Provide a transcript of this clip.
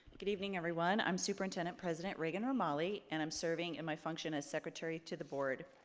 good evening, everyone. i'm superintendent president reagan romali and i'm serving in my function as secretary to the board.